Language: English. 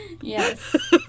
yes